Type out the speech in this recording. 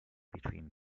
between